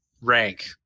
rank